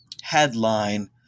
headline